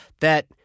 that-